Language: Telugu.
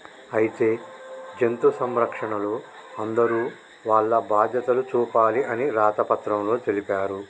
అయితే జంతు సంరక్షణలో అందరూ వాల్ల బాధ్యతలు చూపాలి అని రాత పత్రంలో తెలిపారు